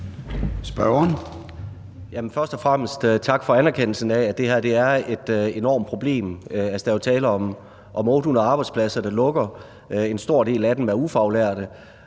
fremmest tak for anerkendelsen af, at det her er et enormt problem. Altså, der er jo tale om 800 arbejdspladser, der lukker. En stor del af dem er ufaglærte,